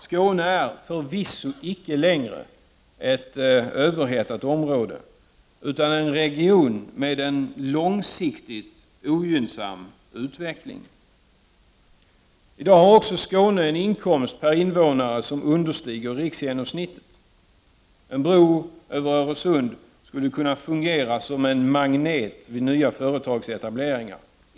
Skåne är förvisso inte längre ett överhettat område utan en region med en långsiktigt ogynnsam utveckling. I dag har också Skåne en inkomst per invånare som understiger riksgenomsnittet. En bro över Öresund skulle kunna fungera som en magnet vid nya företagsetableringar.